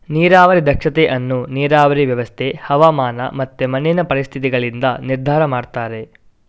ನೀರಾವರಿ ದಕ್ಷತೆ ಅನ್ನು ನೀರಾವರಿ ವ್ಯವಸ್ಥೆ, ಹವಾಮಾನ ಮತ್ತೆ ಮಣ್ಣಿನ ಪರಿಸ್ಥಿತಿಗಳಿಂದ ನಿರ್ಧಾರ ಮಾಡ್ತಾರೆ